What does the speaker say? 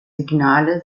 signale